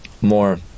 more